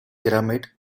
pyramid